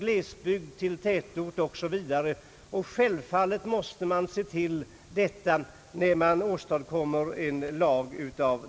Vad beträffar själva reservationen har Ang.